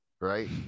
right